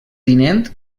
tinent